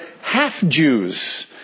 half-Jews